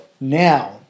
now